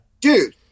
dude